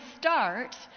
start